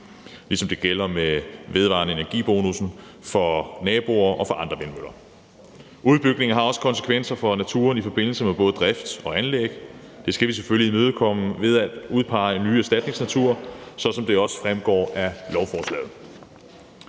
ligesom det gælder med vedvarende energi-bonussen for naboerne til andre vindmøller. Udbygningen har også konsekvenser for naturen i forbindelse med både drift og anlæg, og det skal vi selvfølgelig imødekomme ved at udpege ny erstatningsnatur, sådan som det også fremgår af lovforslaget.